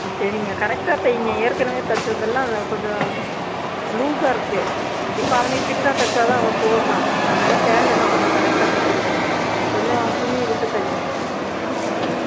ம் சரிங்க கரெக்டாக தைங்க ஏற்கனவே தைச்சதெல்லாம் கொஞ்சம் லூசாக இருக்குது இப்போ அவனே ஃபிட்டாக தைச்சா தான் அவன் போடுறான் அதனால் ஃபேண்ட்லாம் கொஞ்சம் கரெக்டாக தைச்சிக் கொடுங்க கொஞ்சம் துணியை விட்டு தையுங்க ஆ ஓகே